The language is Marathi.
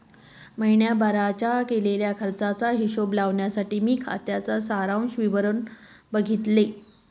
महीण्याभारत केलेल्या खर्चाचा हिशोब लावण्यासाठी मी खात्याच सारांश विवरण बघितले